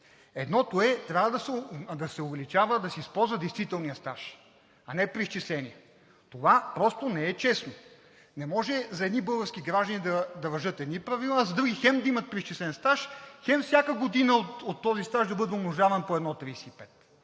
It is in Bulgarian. Едното е – трябва да се увеличава, да се използва действителният стаж, а не преизчисления. Това просто не е честно. Не може за едни български граждани да важат едни правила, за други хем да имат преизчислен стаж, хем всяка година от този стаж да бъде умножаван по 1,35.